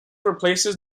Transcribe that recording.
replaces